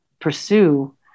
pursue